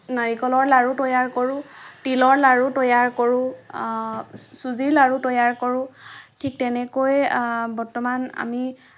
নাৰিকলৰ লাৰু তৈয়াৰ কৰোঁ তিলৰ লাৰু তৈয়াৰ কৰোঁ চুজিৰ লাৰু তৈয়াৰ কৰোঁ ঠিক তেনেকৈ বৰ্তমান আমি